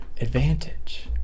advantage